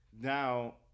Now